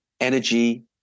energy